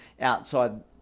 outside